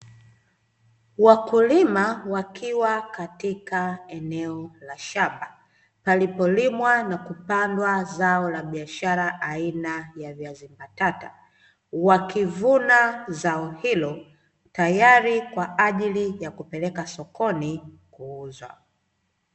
Wakulima wakiwa katika eneo la shamba palipolimwa na kupandwa zao la biashara aina ya viazi mbatata, wakivuna zao hilo tayari kwa ajili ya kupeleka sokoni kuuza.